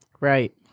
Right